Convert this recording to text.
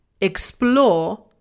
explore